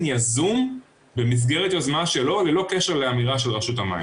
יזום במסגרת יוזמה שלו ללא קשר לאמירה של רשות המים.